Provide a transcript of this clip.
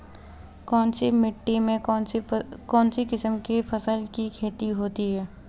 कौनसी मिट्टी में कौनसी किस्म की फसल की खेती होती है?